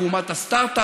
אנחנו אומת הסטרטאפ,